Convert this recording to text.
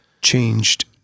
changed